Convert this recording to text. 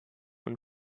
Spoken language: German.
und